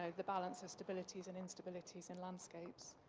ah the balance of stabilities and instabilities in landscapes.